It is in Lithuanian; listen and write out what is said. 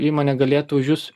įmonė galėtų už jus